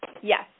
Yes